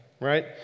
right